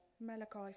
Malachi